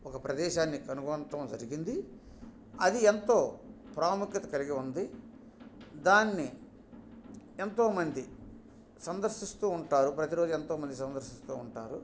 ఒక ప్రదేశాన్ని కనుగొనడం జరిగింది అది ఎంతో ప్రాముఖ్యత కలిగి ఉంది దాన్ని ఎంతోమంది సందర్శిస్తూ ఉంటారు ప్రతీరోజు ఎంతోమంది సందర్శిస్తూ ఉంటారు